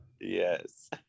Yes